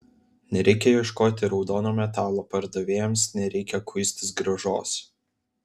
nereikia ieškoti raudono metalo pardavėjams nereikia kuistis grąžos